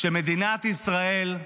כשמדינת ישראל,